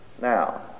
Now